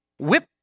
whip